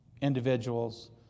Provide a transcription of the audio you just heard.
individuals